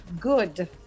good